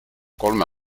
kolme